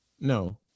No